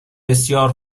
بسیار